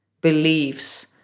beliefs